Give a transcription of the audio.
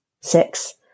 six